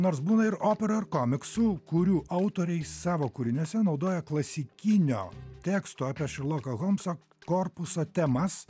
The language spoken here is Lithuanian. nors būna ir opera ir komiksų kurių autoriai savo kūriniuose naudoja klasikinio teksto apie šerloką holmsą korpusą temas